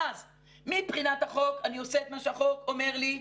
ואז מבחינת החוק אני עושה את מה שהחוק אומר לי,